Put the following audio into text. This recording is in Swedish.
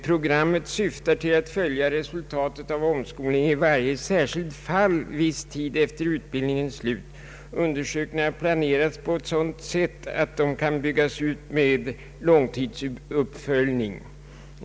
Programmet syftar till att följa resultaten av omskolningen i varje särskilt fall viss tid efter utbildningens slut. Undersökningarna planeras på sådant sätt att de kan byggas ut med långtidsuppföljning.